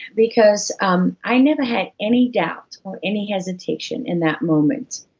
because um i never had any doubt, or any hesitation in that moment,